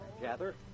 Gather